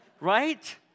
Right